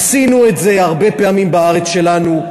עשינו את זה הרבה פעמים בארץ שלנו,